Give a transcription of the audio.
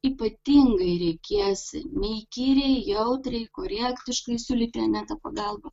ypatingai reikės neįkyriai jautriai korektiškai siūlyti ane tą pagalbą